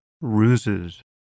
ruses